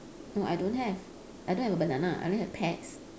no I don't have I don't have a banana I only have pears